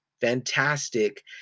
fantastic